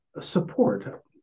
support